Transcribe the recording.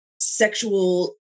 sexual